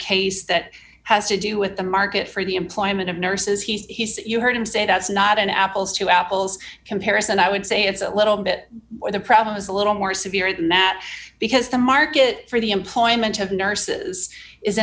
case that has to do with the market for the employment of nurses he says that you heard him say that's not an apples to apples comparison i would say it's a little bit more the problem is a little more severe than that because the market for the employment of nurses is